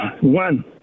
one